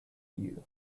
view